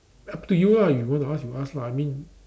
up to you ah you want to ask you ask lah I mean